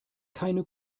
keine